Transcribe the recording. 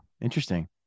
interesting